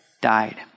died